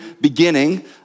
beginning